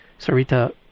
Sarita